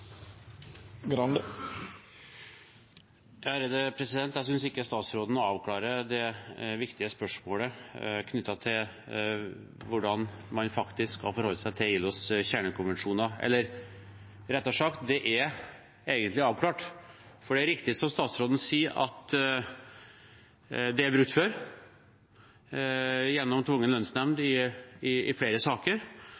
Jeg synes ikke statsråden avklarer det viktige spørsmålet om hvordan man faktisk skal forholde seg til ILOs kjernekonvensjoner. Eller rettere sagt: Det er egentlig avklart, for det er riktig – som statsråden sier – at dette er brukt før, gjennom tvungen lønnsnemnd